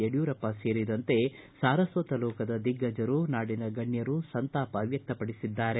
ಯಡಿಯೂರಪ್ಪ ಸೇರಿದಂತೆ ಸಾರಸ್ವತ ಲೋಕದ ದಿಗ್ಗಜರು ನಾಡಿನ ಗಣ್ಯರು ಸಂತಾಪ ವ್ಯಕ್ತಪಡಿಸಿದ್ದಾರೆ